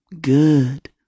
good